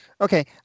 okay